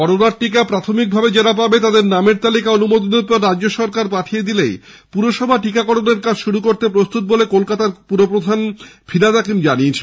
করোনার টিকা প্রাথমিকভাবে যারা পাবে তাদের নামের তালিকা অনুমোদনের পর রাজ্য সরকার পাঠিয়ে দিলেই পুরসভা টিকাকরণের কাজ শুরু করতে প্রস্তুত বলে পুর প্রধান ফিরাদ হাকিম জানিয়েছেন